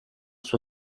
suo